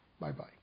Bye-bye